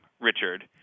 Richard